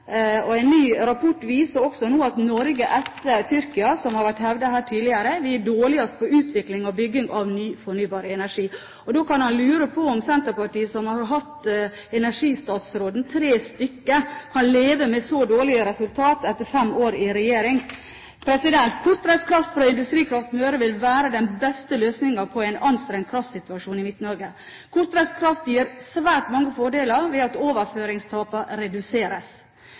vannkraftverk. En ny rapport viser nå at Norge – etter Tyrkia, som det har vært hevdet her tidligere – er dårligst på utvikling og bygging av ny fornybar energi. Da kan man lure på om Senterpartiet, som har hatt energistatsråden – tre stykker – kan leve med så dårlige resultat etter fem år i regjering. Kortreist kraft fra Industrikraft Møre vil være den beste løsningen på en anstrengt kraftsituasjon i Midt-Norge. Kortreist kraft gir svært mange fordeler ved at overføringstapene reduseres,